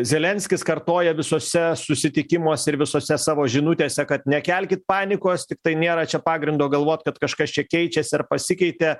zelenskis kartoja visuose susitikimuose ir visose savo žinutėse kad nekelkit panikos tiktai nėra čia pagrindo galvot kad kažkas čia keičiasi ar pasikeitė